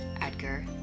Edgar